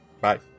Bye